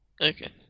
Okay